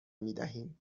میدهیم